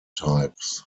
types